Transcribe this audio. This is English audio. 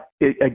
again